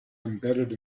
embedded